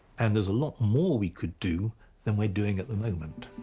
and there's a lot more we could do than we're doing at the moment